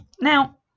Now